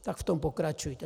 Tak v tom pokračujte.